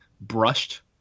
brushed